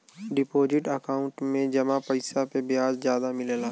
deposit account में जमा पइसा पे ब्याज जादा मिलला